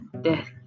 death